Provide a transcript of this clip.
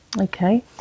Okay